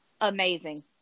Amazing